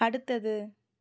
அடுத்தது